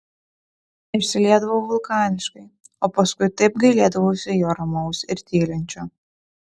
išsiliedavau vulkaniškai o paskui taip gailėdavausi jo ramaus ir tylinčio